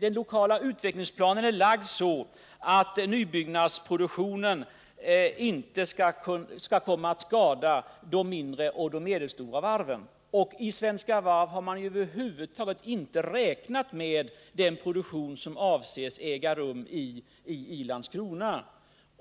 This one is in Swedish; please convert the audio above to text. Den lokala utvecklingsplanen är lagd så att nybyggnadsproduktionen inte skall komma att skada de mindre och medelstora varven. Och inom Svenska Varv har man över huvud taget inte räknat med den produktion som avses äga rum i Landskrona.